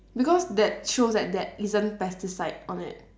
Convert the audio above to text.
because that shows that there isn't pesticide on it